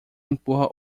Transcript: empurra